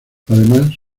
además